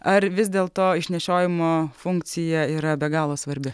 ar vis dėl to išnešiojimo funkcija yra be galo svarbi